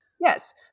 Yes